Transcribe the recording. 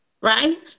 right